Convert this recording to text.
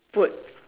food